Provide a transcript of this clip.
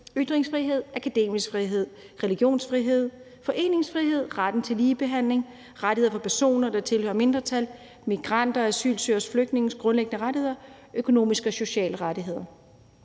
ytringsfrihed, akademisk frihed, religionsfrihed, foreningsfrihed, retten til ligebehandling, rettigheder for personer, der tilhører mindretal, migranters og asylansøgeres og flygtninges grundlæggende rettigheder, økonomiske og sociale rettigheder.